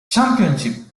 championship